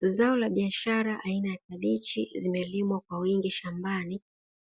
Zao la biashara aina ya kibichi zimelimwa kwa wingi shambani,